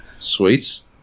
sweets